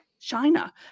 China